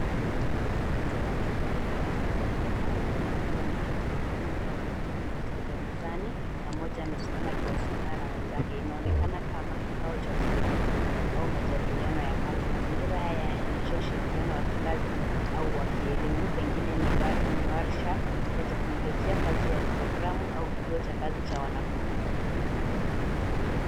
Katika chumba hiki cha kompyuta watu wanne wameketi wakifanya kazi kwenye kompyuta za mezani na mmoja amesimama akiwasiliana na wenzake. Inaonekana kama kikao cha usaidizi au majadiliano ya kijani. Mazingira haya yanaonyesha ushirikiano wa kikazi au kielimu. Pengine ni warsha ya teknolojia, kazi ya programu au kituo cha kazi cha wanafunzi.